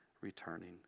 returning